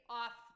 off –